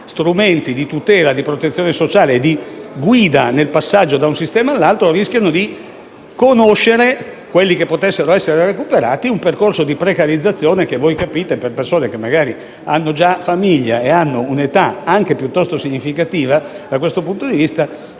strumenti di tutela, di protezione sociale e di guida nel passaggio da un sistema all'altro, rischiano di conoscere (quelli che potrebbero essere recuperati) un percorso di precarizzazione. Come voi ben capite, per persone che hanno famiglia e un'età piuttosto significativa, ciò costituisce